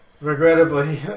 Regrettably